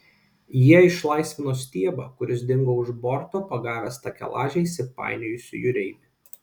jie išlaisvino stiebą kuris dingo už borto pagavęs takelaže įsipainiojusį jūreivį